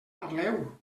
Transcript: parleu